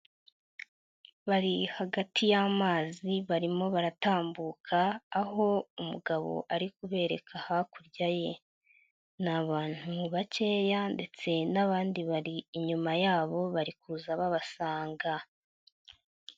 Bari hagati y'amazi barimo baratambuka aho umugabo ari kubereka hakurya ye. Ni abantu bakeya ndetse n'abandi bari inyuma yabo bari kuza babasanga.